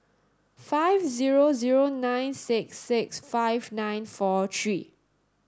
five zero zero nine six six five nine four three